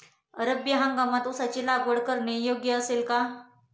रब्बी हंगामात ऊसाची लागवड करणे योग्य असेल का?